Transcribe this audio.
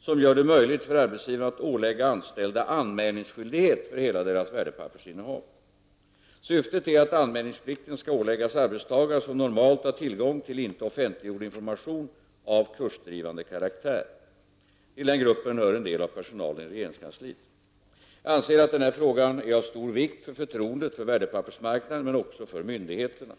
som gör det möjligt för arbetsgivaren att ålägga anställda anmälningsskyldighet för hela deras värdepappersinnehav. Syftet är att anmälningsplikten skall åläggas arbetstagare som normalt har tillgång till inte offentliggjord information av kursdrivande karaktär. Till denna grupp hör en del av personalen i regeringskansliet. Jag anser att denna fråga är av stor vikt för förtroendet för värdepappersmarknaden, men också för myndigheterna.